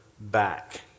back